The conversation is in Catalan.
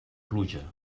pluja